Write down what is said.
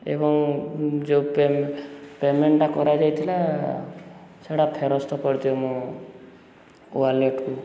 ଏବଂ ଯେଉଁ ପେମେଣ୍ଟଟା କରାଯାଇଥିଲା ସେଟା ଫେରସ୍ତ କରିଦିଅ ମୋ ୱାଲେଟ୍କୁ